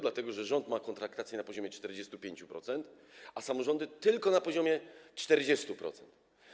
Dlatego że rząd ma kontraktację na poziomie 45%, a samorządy - tylko na poziomie 40%.